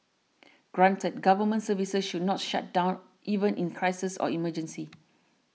granted government services should not shut down even in crises or emergencies